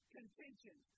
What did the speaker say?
Contention